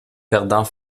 perdant